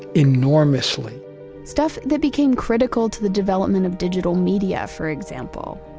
enormously stuff that became critical to the development of digital media, for example,